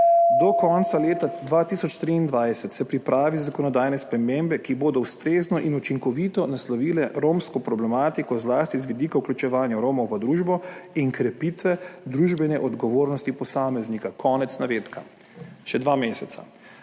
»Do konca leta 2023 se pripravi zakonodajne spremembe, ki bodo ustrezno in učinkovito naslovile romsko problematiko, zlasti z vidika vključevanja Romov v družbo in krepitve družbene odgovornosti posameznika.« Konec navedka. Še dva meseca.